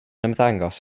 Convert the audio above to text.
ymddangos